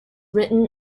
written